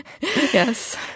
Yes